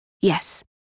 yes